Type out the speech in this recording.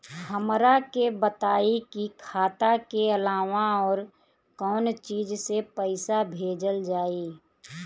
हमरा के बताई की खाता के अलावा और कौन चीज से पइसा भेजल जाई?